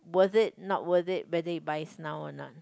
worth it not worth it whether he buys now or not